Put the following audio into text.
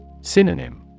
Synonym